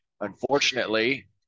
unfortunately